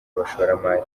abashoramari